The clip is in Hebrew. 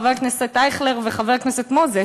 חבר הכנסת אייכלר וחבר הכנסת מוזס,